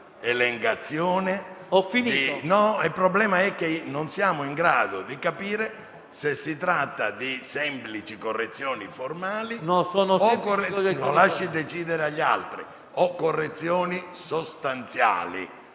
Il problema è che non siamo in grado di capire se si tratta di semplici correzioni formali o di correzioni sostanziali.